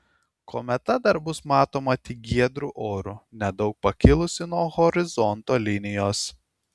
kometa dar bus matoma tik giedru oru nedaug pakilusi nuo horizonto linijos